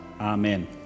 Amen